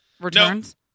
Returns